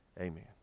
amen